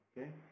Okay